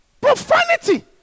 Profanity